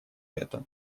это